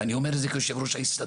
ואני אומר את זה כיושב ראש ההסתדרות.